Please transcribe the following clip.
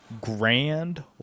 grand